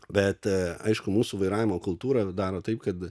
bet aišku mūsų vairavimo kultūra daro taip kad